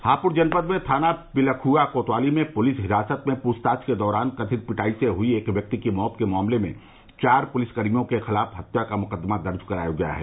हापुड़ जनपद में थाना पिलखुआ कोतवाली में पुलिस हिरासत में पूछताछ के दौरान कथित पिटाई से हुई एक व्यक्ति की मौत के मामले में चार पुलिसकर्मियों के खिलाफ हत्या का मुकदमा दर्ज कराया गया है